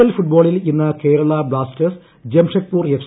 L ഫുട്ബോളിൽ ഇന്ന് Kerala Blasters Jamshedpur F